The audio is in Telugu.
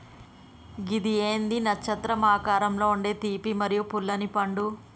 గిది ఏంది నచ్చత్రం ఆకారంలో ఉండే తీపి మరియు పుల్లనిపండు